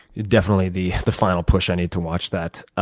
definitely the the final push i need to watch that.